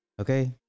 Okay